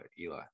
Eli